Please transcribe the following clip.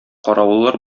каравыллар